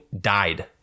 died